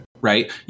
right